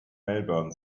melbourne